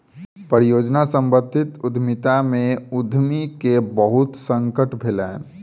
परियोजना सम्बंधित उद्यमिता में उद्यमी के बहुत संकट भेलैन